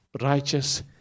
righteous